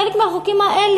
חלק מהחוקים האלה,